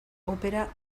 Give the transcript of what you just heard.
opera